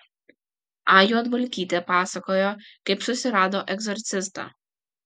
a juodvalkytė pasakojo kaip susirado egzorcistą